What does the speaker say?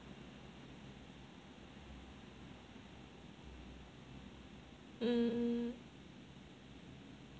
mm